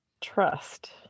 Trust